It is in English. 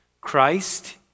Christ